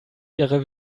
ihrer